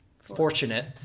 fortunate